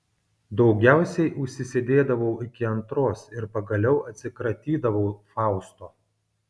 daugiausiai užsisėdėdavau iki antros ir pagaliau atsikratydavau fausto